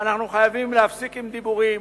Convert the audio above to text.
אנחנו חייבים להפסיק עם דיבורים,